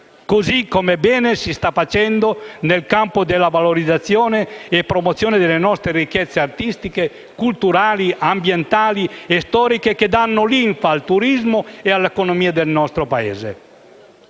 così come bene si sta facendo nel campo della valorizzazione e promozione delle nostre ricchezze artistiche, culturali, ambientali e storiche che danno linfa al turismo e all'economia del nostro Paese.